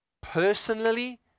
personally